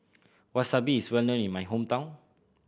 Wasabi is well known in my hometown